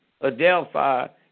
Adelphi